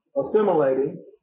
assimilating